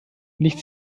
liegt